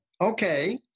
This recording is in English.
okay